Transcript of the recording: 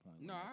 No